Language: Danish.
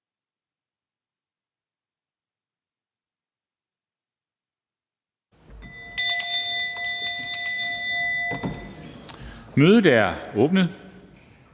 Mødet er åbnet.